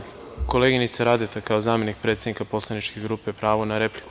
Koleginica Radeta, kao zamenik predsednika poslaničke grupe, pravo na repliku.